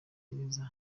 gereza